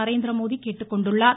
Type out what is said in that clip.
நரேந்திரமோடி கேட்டுக்கொண்டுள்ளார்